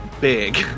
big